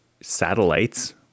satellites